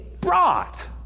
brought